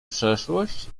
przeszłość